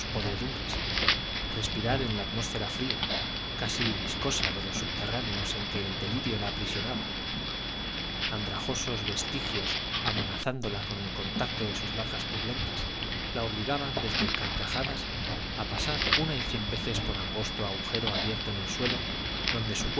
podredumbres respirar en la atmósfera fría casi viscosa de los subterráneos en que el delirio la aprisionaba andrajosos vestiglos amenazándola con el contacto de sus llagas purulentas la obligaban entre carcajadas a pasar una y cien veces por angosto agujero abierto en el suelo donde su